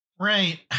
Right